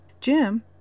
Jim